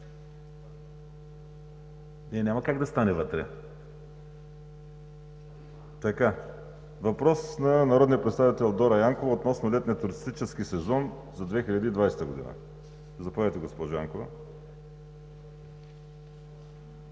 Няма как да стане вътре. Въпрос на народния представител Дора Янкова относно летния туристически сезон за 2020 г. Заповядайте, госпожо Янкова.